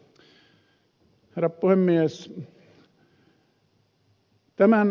herra puhemies